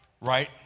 right